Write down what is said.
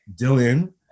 Dylan